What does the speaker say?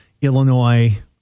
Illinois